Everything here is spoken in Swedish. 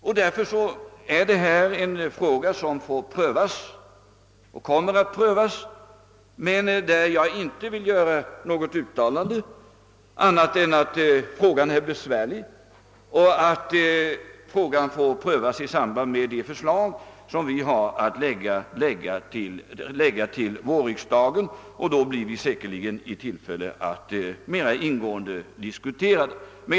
Det är därför en fråga som kommer att prövas. För dagen vill jag inte göra något annat uttalande än att problemet är besvärligt och att frågan får prövas i samband med de förslag vi kommer att framlägga för vårriksdagen. Då blir vi säkerligen också i tillfälle att mera ingående diskutera den saken.